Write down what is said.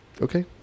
okay